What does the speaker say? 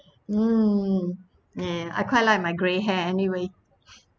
mm nah I quite like my grey hair anyway